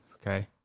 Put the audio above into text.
okay